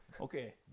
okay